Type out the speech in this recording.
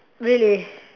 really